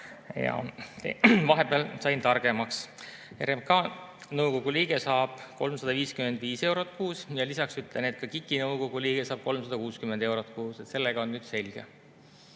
Vahepeal sain targemaks. RMK nõukogu liige saab 355 eurot kuus, ja lisaks ütlen, et KIK-i nõukogu liige saab 360 eurot kuus. Sellega on nüüd selge.